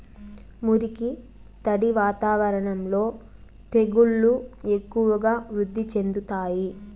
మురికి, తడి వాతావరణంలో తెగుళ్లు ఎక్కువగా వృద్ధి చెందుతాయి